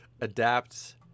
adapt